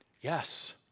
Yes